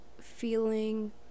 feeling